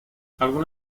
algunos